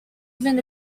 even